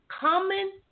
Common